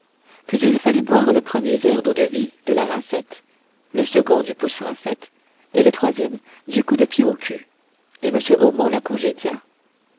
puis il fallut boire le premier verre d'eau-de-vie de la rincette le second du pousse rincette et le troisième du coup de pied au cul et m omont la congédia